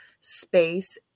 space